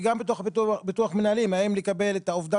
וגם בתוך ביטוח מנהלים האם לקבל את האובדן